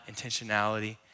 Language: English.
intentionality